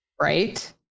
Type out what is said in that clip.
right